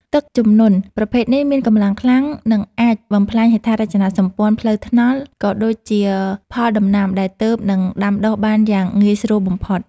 ទឹកជំនន់ប្រភេទនេះមានកម្លាំងខ្លាំង និងអាចបំផ្លាញហេដ្ឋារចនាសម្ព័ន្ធផ្លូវថ្នល់ ក៏ដូចជាផលដំណាំដែលទើបនឹងដាំដុះបានយ៉ាងងាយស្រួលបំផុត។